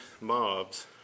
mobs